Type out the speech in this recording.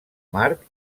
march